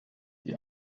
die